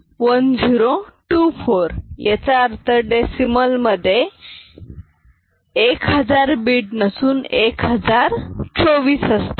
याचा अर्थ डेसिमल मधे 1000 बीट नसून 1024 असतात